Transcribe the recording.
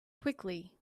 quickly